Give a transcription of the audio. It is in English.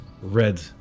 red